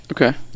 Okay